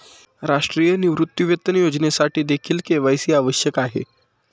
राष्ट्रीय निवृत्तीवेतन योजनेसाठीदेखील के.वाय.सी आवश्यक आहे